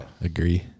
Agree